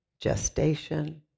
gestation